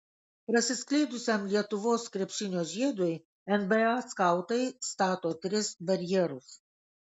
prasiskleidusiam lietuvos krepšinio žiedui nba skautai stato tris barjerus